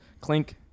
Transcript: clink